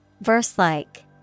Verse-like